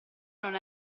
non